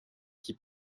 qui